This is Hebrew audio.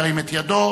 ירים את ידו.